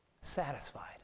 Satisfied